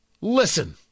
Listen